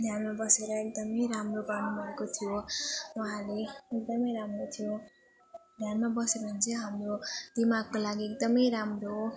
ध्यानमा बसेर एकदम राम्रो गर्नु भएको थियो उहाँले एकदम राम्रो थियो ध्यानमा बस्यो भने चाहिँ हाम्रो दिमागको लागि एकदम राम्रो हो